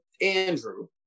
Andrew